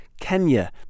Kenya